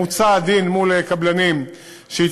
מוצה הדין עם קבלנים שהתרשלו,